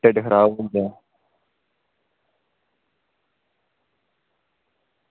टिड्ढ खराब होई गेआ